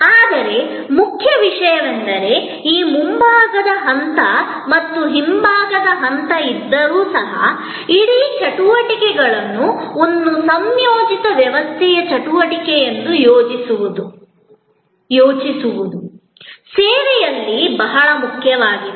ಆದರೆ ಮುಖ್ಯ ವಿಷಯವೆಂದರೆ ಈ ಮುಂಭಾಗದ ಹಂತ ಮತ್ತು ಹಿಂದಿನ ಹಂತ ಇದ್ದರೂ ಸಹ ಇಡೀ ಚಟುವಟಿಕೆಗಳನ್ನು ಒಂದು ಸಂಯೋಜಿತ ವ್ಯವಸ್ಥೆಯ ಚಟುವಟಿಕೆಯೆಂದು ಯೋಚಿಸುವುದು ಸೇವೆಯಲ್ಲಿ ಬಹಳ ಮುಖ್ಯವಾಗಿದೆ